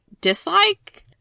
dislike